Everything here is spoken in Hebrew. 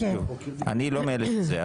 אני לא מאלה שזה,